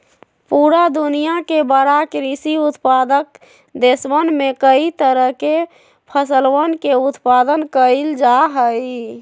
पूरा दुनिया के बड़ा कृषि उत्पादक देशवन में कई तरह के फसलवन के उत्पादन कइल जाहई